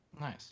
Nice